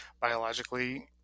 biologically